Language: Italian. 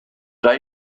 tra